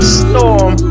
storm